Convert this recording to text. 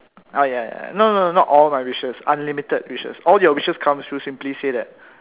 ah ya ya ya no no no not all my wishes unlimited wishes all your wishes come true simply say that